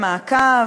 אמצעי מעקב,